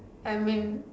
I mean